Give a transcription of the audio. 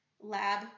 lab